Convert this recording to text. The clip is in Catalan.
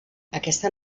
aquesta